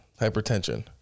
Hypertension